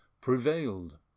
prevailed